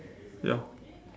ya